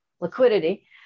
liquidity